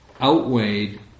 outweighed